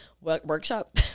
workshop